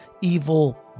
evil